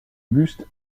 buste